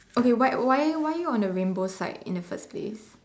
okay why why why you on the rainbow side on the first place